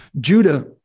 judah